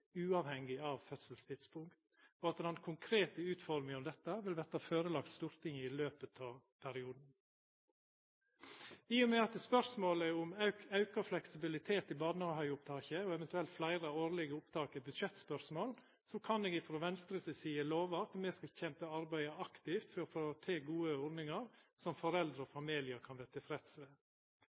uavhengig av fødselstidspunkt, og at den konkrete utforminga av dette vil verta førelagd Stortinget i løpet av perioden. I og med at spørsmålet om auka fleksibilitet i barnehageopptaket og eventuelt fleire årlege opptak er budsjettspørsmål, kan eg frå Venstre si side lova at me kjem til å arbeida aktivt for å få til gode ordningar som foreldre og familiar kan vera tilfredse med. Til